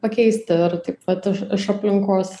pakeisti ir taip pat iš aplinkos